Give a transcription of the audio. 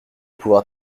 pouvoir